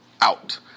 out